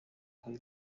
nkore